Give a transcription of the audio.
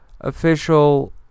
official